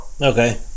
Okay